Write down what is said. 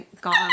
gone